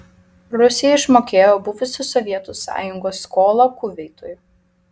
rusija išmokėjo buvusios sovietų sąjungos skolą kuveitui